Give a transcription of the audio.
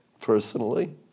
personally